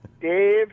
Dave